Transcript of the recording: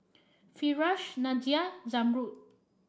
Firash Nadia Zamrud